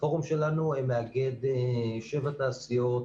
הפורום שלנו מאגד 7 תעשיות